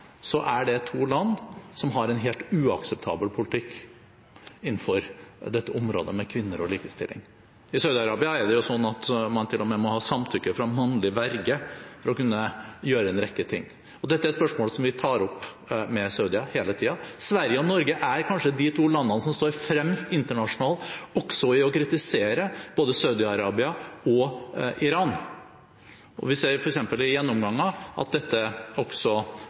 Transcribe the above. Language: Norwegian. er det to land som har en helt uakseptabel politikk innenfor dette området med kvinner og likestilling. I Saudi-Arabia er det jo sånn at man til og med må ha samtykke fra en mannlig verge for å kunne gjøre en rekke ting. Dette er spørsmål som vi tar opp med Saudi-Arabia hele tiden. Sverige og Norge er kanskje de to landene som står fremst internasjonalt også i å kritisere både Saudi-Arabia og Iran, og vi ser f.eks. i gjennomganger at